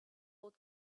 old